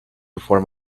before